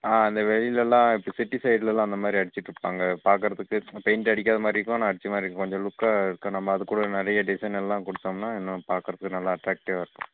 ஆ இந்த வெளியிலலாம் இப்போ சிட்டி சைட்லலாம் அந்த மாதிரி அடிச்சிகிட்ருப்பாங்க பார்க்கறதுக்கு சும்மா பெயிண்ட் அடிக்காத மாதிரி இருக்கும் ஆனால் அடிச்ச மாதிரி இருக்கும் கொஞ்சம் லுக்காக இருக்கும் நம்ம அது கூட நிறைய டிசைனெல்லாம் கொடுத்தோம்னா இன்னும் பார்க்கறதுக்கு நல்லா அட்ராக்டிவாக இருக்கும்